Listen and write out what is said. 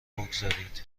بگذارید